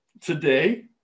today